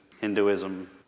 Hinduism